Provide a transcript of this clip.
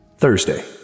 Thursday